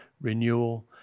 renewal